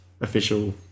official